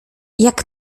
jak